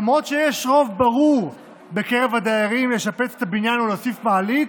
למרות שיש רוב ברור בקרב הדיירים לשפץ את הבניין ולהוסיף מעלית,